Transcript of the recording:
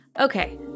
Okay